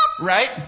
Right